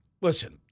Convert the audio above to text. Listen